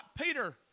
Peter